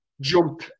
jump